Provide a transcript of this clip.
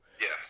yes